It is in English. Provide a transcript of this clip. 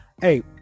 hey